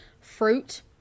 fruit